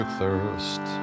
thirst